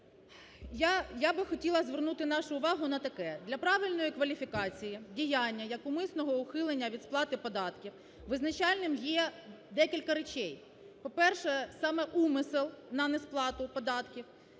Я би хотіла звернути нашу увагу на таке: для правильної кваліфікації діяння як умисного ухилення від сплати податків визначальним є декілька речей. По-перше, саме умисел на несплату податків